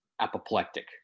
apoplectic